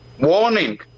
warning